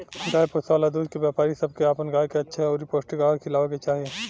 गाय पोसे वाला दूध के व्यापारी सब के अपन गाय के अच्छा अउरी पौष्टिक आहार खिलावे के चाही